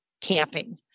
camping